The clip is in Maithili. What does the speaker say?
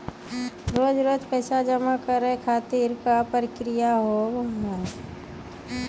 रोज रोज पैसा जमा करे खातिर का प्रक्रिया होव हेय?